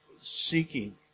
seeking